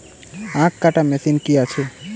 আখ কাটা মেশিন কি আছে?